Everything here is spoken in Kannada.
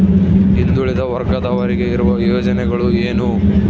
ಹಿಂದುಳಿದ ವರ್ಗದವರಿಗೆ ಇರುವ ಯೋಜನೆಗಳು ಏನು?